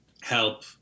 help